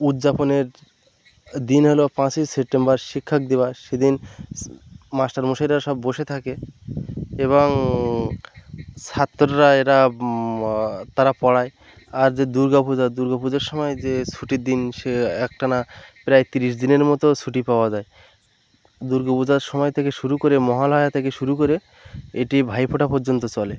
উদযাপনের দিন হলো পাঁচই সেপ্টেম্বর শিক্ষক দিবস সেদিন মাস্টারমশাইরা সব বসে থাকে এবং ছাত্ররা এরা তারা পড়ায় আর যে দুর্গা পূজা দুর্গা পূজার সময় যে ছুটির দিন সে এক টানা প্রায় তিরিশ দিনের মতো ছুটি পাওয়া যায় দুর্গা পূজার সময় থেকে শুরু করে মহালয়া থেকে শুরু করে এটি ভাইফোঁটা পর্যন্ত চলে